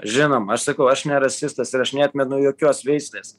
žinoma sakau aš ne rasistas ir aš neatmenu jokios veislės